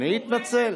אני אתנצל?